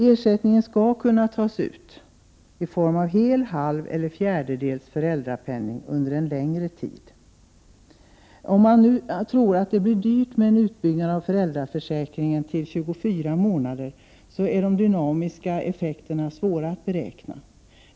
Ersättning skall kunna tas ut i form av hel, halv eller fjärdedels föräldrapenning under en längre tid. Det kan tyckas att det blir dyrt med en utbyggnad av föräldraförsäkringen till 24 månader. De dynamiska effekterna är emellertid svåra att beräkna.